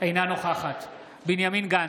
אינה נוכחת בנימין גנץ,